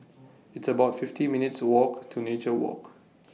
It's about fifty minutes' Walk to Nature Walk